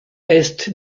est